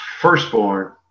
firstborn